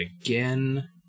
again